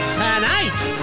tonight